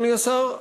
אדוני השר,